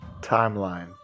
Timeline